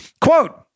Quote